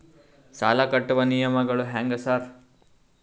ಸಾಲ ಕಟ್ಟುವ ನಿಯಮಗಳು ಹ್ಯಾಂಗ್ ಸಾರ್?